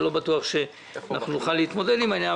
אני לא בטוח שאנחנו נוכל להתמודד עם העניין.